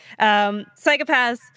Psychopaths